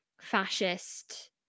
fascist